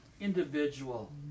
Individual